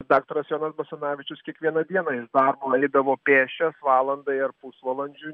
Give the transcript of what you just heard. daktaras jonas basanavičius kiekvieną dieną iš darbo eidavo pėsčias valandai ar pusvalandžiui